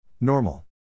Normal